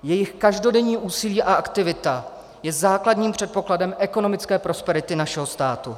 Jejich každodenní úsilí a aktivita je základním předpokladem ekonomické prosperity našeho státu.